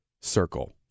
Circle